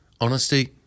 honesty